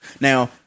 Now